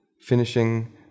finishing